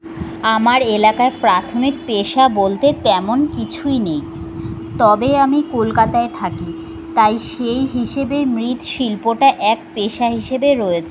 আমার এলাকার প্রাথমিক পেশা বলতে তেমন কিছুই নেই তবে আমি কলকাতায় থাকি তাই সেই হিসেবে মৃৎশিল্পটা এক পেশা হিসেবে রয়েছে